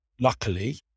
luckily